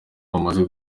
bamaze